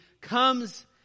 comes